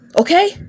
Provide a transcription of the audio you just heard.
Okay